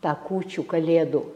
tą kūčių kalėdų